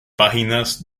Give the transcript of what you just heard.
páginas